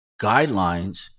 guidelines